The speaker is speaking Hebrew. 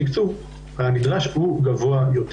שהתקצוב הנדרש הוא גבוה יותר.